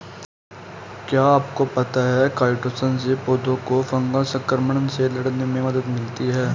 क्या आपको पता है काइटोसन से पौधों को फंगल संक्रमण से लड़ने में मदद मिलती है?